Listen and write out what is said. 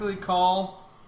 call